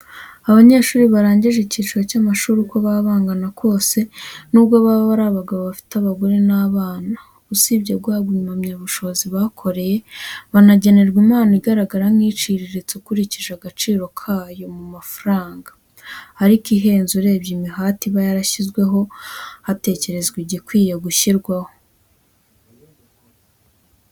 Abanyeshuri barangije icyiciro cy'amashuri, uko baba bangana kose, n'ubwo baba ari abagabo bafite abagore n'abana, usibye guhabwa impamyabushobozi bakoreye, banagenerwa impano igaragara nk'iciriritse ukurikije agaciro ka yo mu mafaranga, ariko ihenze urebye imihati iba yashyizweho hatekerezwa igikwiye gushyirwamo.